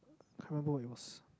can't remember what it was